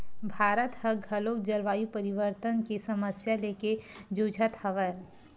भारत ह घलोक जलवायु परिवर्तन के समस्या लेके जुझत हवय